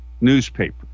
newspaper